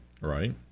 Right